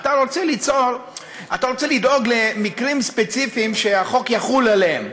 אתה רוצה לדאוג למקרים ספציפיים שהחוק יחול עליהם,